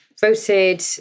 voted